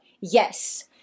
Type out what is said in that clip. Yes